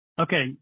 Okay